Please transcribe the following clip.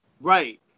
Right